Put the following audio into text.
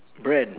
brand